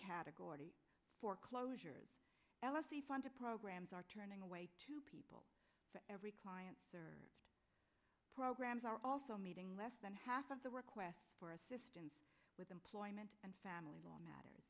category for closure l s t funded programs are turning away to people to every client server programs are also meeting less than half of the requests for assistance with employment and family law matters